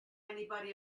anybody